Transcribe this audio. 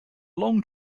long